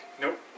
Nope